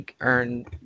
earn